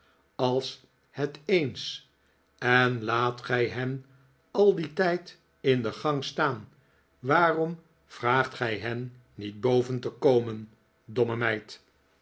als het eens en laat gij hen al dien tijd in de gang staan waarom vraagt gij hen niet boven te komen domme meid